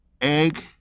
egg